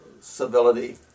civility